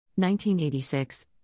1986